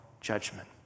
judgment